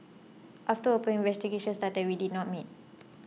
after open investigations started we did not meet